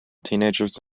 teenagers